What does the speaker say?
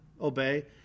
obey